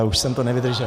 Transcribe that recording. Ale už jsem to nevydržel.